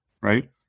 right